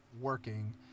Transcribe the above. working